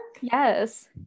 Yes